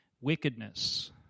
wickedness